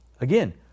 Again